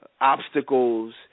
Obstacles